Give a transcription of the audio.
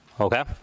Okay